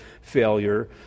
failure